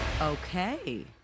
Okay